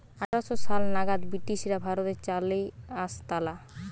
আঠার শ সাল নাগাদ ব্রিটিশরা ভারতে চা লেই আসতালা